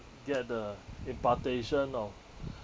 get the impartation of